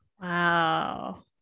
Wow